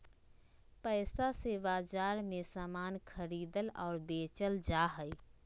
पैसा से बाजार मे समान खरीदल और बेचल जा हय